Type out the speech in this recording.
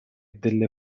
delle